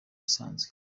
isanzwe